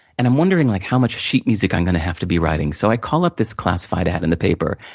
and, i'm wondering like how much sheet music i'm going to have to be writing. so, i call up this classified ad in the paper,